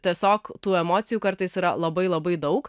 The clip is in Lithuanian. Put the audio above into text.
tiesiog tų emocijų kartais yra labai labai daug